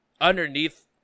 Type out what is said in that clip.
underneath